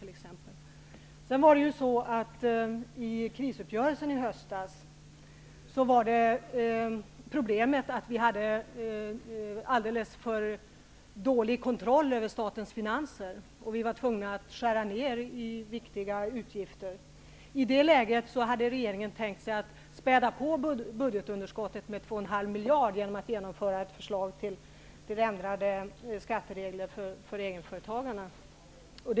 I krisuppgörelsen i höstas var problemet att vi hade alldeles för dålig kontroll över statens finanser. Vi var tvungna att skära ner när det gällde viktiga utgifter. I det läget hade regeringen tänkt sig att späda på budgetunderskottet med 2,5 miljarder genom att genomföra ett förslag till ändrade skatteregler för egenföretagarna.